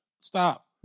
Stop